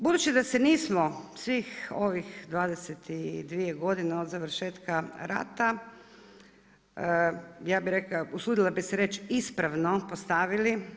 Budući da se nismo svih ovih 22 godine od završetka rat, ja bi rekla, usudila bi se reći ispravno postavili.